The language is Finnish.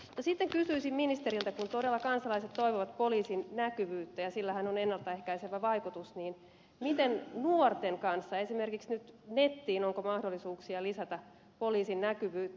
sitten kysyisin ministeriltä kun todella kansalaiset toivovat poliisin näkyvyyttä ja sillähän on ennalta ehkäisevä vaikutus miten nuorten kanssa onko esimerkiksi nyt nettiin mahdollisuuksia lisätä poliisin näkyvyyttä